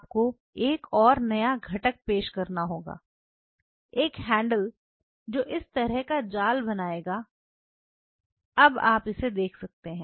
आपको एक और नया घटक पेश करना होगा एक हैंडल जो इस तरह का जाल बनाएगा अब आप इसे देखते हैं